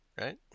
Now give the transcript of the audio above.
right